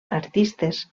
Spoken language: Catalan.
artistes